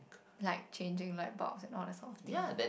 like changing light bulbs and all that sort of thing